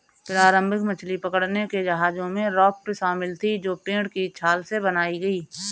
प्रारंभिक मछली पकड़ने के जहाजों में राफ्ट शामिल थीं जो पेड़ की छाल से बनाई गई